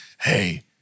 Hey